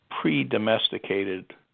pre-domesticated